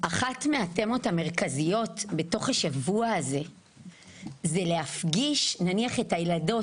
אחת מהתמות המרכזיות בתוך השבוע הזה זה להפגיש נניח את הילדות